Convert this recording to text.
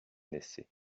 naissait